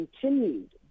continued